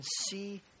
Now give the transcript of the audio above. see